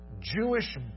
Jewish